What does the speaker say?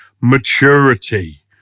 maturity